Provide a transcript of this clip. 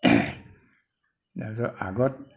তাৰপিছত আগত